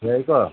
ꯌꯥꯏꯀꯣ